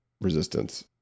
resistance